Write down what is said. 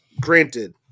Granted